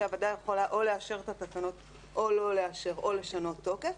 שהוועדה יכולה או לאשר את התקנות או לא לאשר או לשנות תוקף.